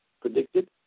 predicted